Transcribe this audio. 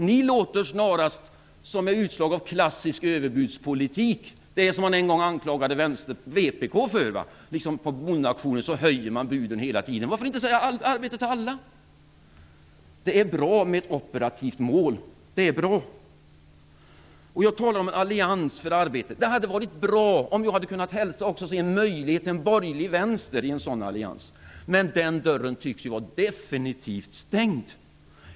Det låter snarast om ett utslag av klassisk överbudspolitik. Det är vad man en gång anklagade vpk för. Liksom på bondauktioner höjer man buden hela tiden. Varför inte säga: Arbete åt alla? Det är bra med ett operativt mål. Jag talar om en allians för arbete. Det hade varit bra om jag också kunnat hälsa och se en möjlighet till en borgerlig vänster i en sådan allians. Men den dörren tycks vara definitivt stängd.